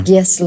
Yes